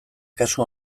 kasu